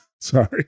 Sorry